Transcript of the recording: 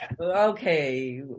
Okay